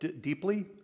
deeply